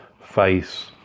face